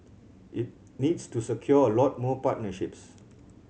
it needs to secure a lot more partnerships